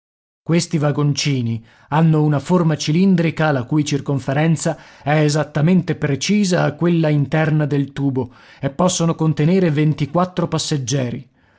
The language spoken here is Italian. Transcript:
metallo questi vagoncini hanno una forma cilindrica la cui circonferenza è esattamente precisa a quella interna del tubo e possono contenere passeggeri